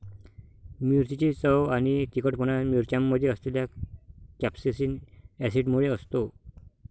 मिरचीची चव आणि तिखटपणा मिरच्यांमध्ये असलेल्या कॅप्सेसिन ऍसिडमुळे असतो